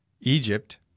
Egypt